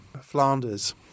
Flanders